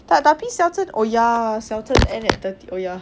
tak tapi celton oh ya celton end at thirty oh ya